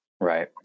Right